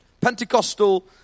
Pentecostal